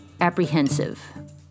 apprehensive